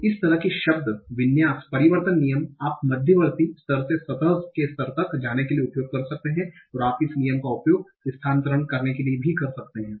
तो इस तरह की शब्द विन्यास परिवर्तन नियम आप मध्यवर्ती स्तर से सतह के स्तर तक जाने के लिए उपयोग कर सकते हैं आप इस नियम का उपयोग रूपांतरण करने के लिए कर सकते हैं